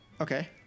Okay